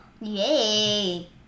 Yay